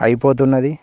అయిపోతున్నది